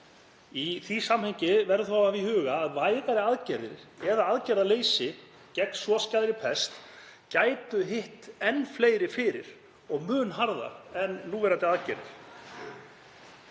Í því samhengi verður þó að hafa í huga að vægari aðgerðir, eða aðgerðaleysi, gegn svo skæðri pest gætu hitt enn fleiri fyrir og mun harðar en núverandi aðgerðir.